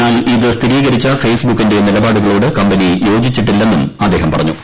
എന്നാൽ സ്ഥിരീകരിച്ച ഫേസ്ബുക്കിന്റെ നിലപാടുകളോട് കമ്പനി യോജിച്ചിട്ടില്ലെന്നും അദ്ദേഹം പറഞ്ഞു